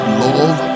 love